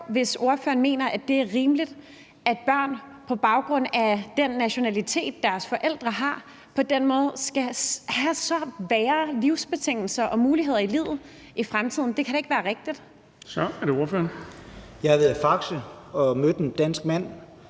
hvis ordføreren mener, det er rimeligt, at børn på baggrund af den nationalitet, deres forældre har, på den måde skal have så meget værre livsbetingelser og færre muligheder i livet i fremtiden. Det kan da ikke være rigtigt. Kl. 15:26 Den fg. formand (Erling Bonnesen):